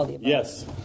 Yes